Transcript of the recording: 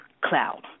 cloud